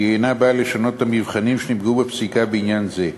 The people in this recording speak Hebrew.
והיא אינה באה לשנות את המבחנים שנקבעו בפסיקה בעניין זה.